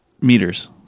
meters